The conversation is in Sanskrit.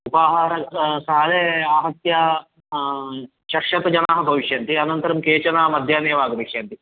उपाहार काले आहत्य षट्शतजनाः भविष्यन्ति अनन्तरं केचन मध्याह्ने एव आगमिष्यन्ति